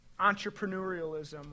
entrepreneurialism